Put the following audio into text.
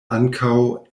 ankaŭ